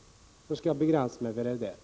Jag skall begränsa mig till detta.